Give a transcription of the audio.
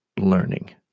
learning